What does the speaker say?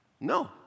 no